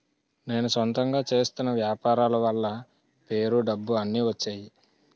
నేను సొంతంగా చేస్తున్న వ్యాపారాల వల్ల పేరు డబ్బు అన్ని వచ్చేయి